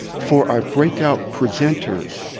for our breakout presenters,